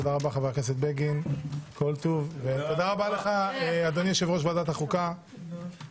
תודה לחבר הכנסת בגין וליושב-ראש ועדת החוקה שהגיע,